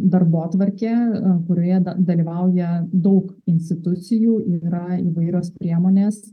darbotvarkė kurioje dalyvauja daug institucijų yra įvairios priemonės